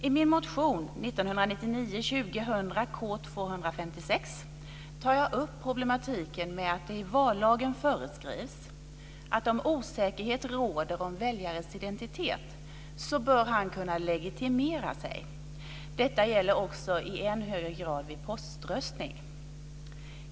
I min motion 1999/2000:K256 tar jag upp problematiken med att det i vallagen föreskrivs att om osäkerhet råder om väljarnas identitet bör han kunna legitimera sig. Detta gäller också i än högre grad vid poströstning.